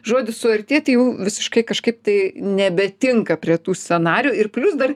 žodis suartėti jau visiškai kažkaip tai nebetinka prie tų scenarijų ir plius dar